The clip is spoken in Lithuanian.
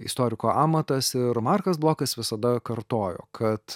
istoriko amatas ir markas blokas visada kartojo kad